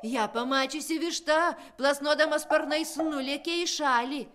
ją pamačiusi višta plasnodama sparnais nulėkė į šalį